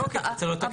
זה תוקף, זה לא תקף.